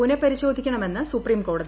പുനഃപരിശോധിക്കണമെന്ന് സൂപ്രീംകോടതി